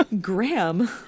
Graham